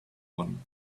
one